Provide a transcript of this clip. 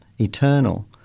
eternal